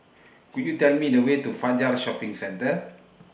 Could YOU Tell Me The Way to Fajar Shopping Centre